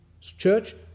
church